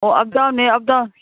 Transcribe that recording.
ꯑꯣ ꯑꯞ ꯗꯥꯎꯟꯅꯦ up down